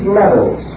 levels